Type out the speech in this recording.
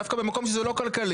דווקא במקום שזה לא כלכלי.